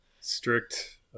strict